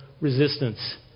resistance